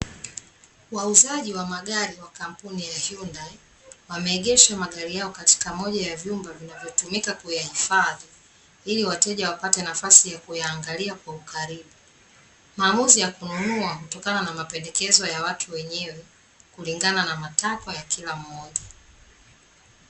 Wauzaji wa magari wa kampuni ya Hyundahi wameegesha magari yao katika moja ya vyumba vinavyotumika kuyahifadhi ili wateja wapate nafasi ya kuyaangalia kwa ukaribu. Maamuzi ya kununua hutokana na mapendekezo ya watu wenyewe kulingana na matakwa ya kila mmoja.